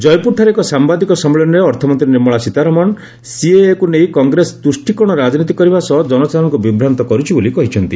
କୟପୁରଠାରେ ଏକ ସାମ୍ବାଦିକ ସମ୍ମିଳନୀରେ ଅର୍ଥମନ୍ତ୍ରୀ ନିର୍ମଳା ସୀତାରମଣ ସିଏଏକୁ ନେଇ କଂଗ୍ରେସ ତୁଷ୍ଠୀକରଣ ରାଜନୀତି କରିବା ସହ ଜନସାଧାରଣଙ୍କୁ ବିଭ୍ରାନ୍ତ କରୁଛି ବୋଲି କହିଛନ୍ତି